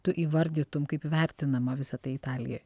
tu įvardytum kaip vertinama visa tai italijoj